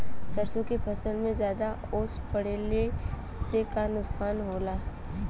सरसों के फसल मे ज्यादा ओस पड़ले से का नुकसान होला?